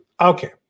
Okay